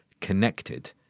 connected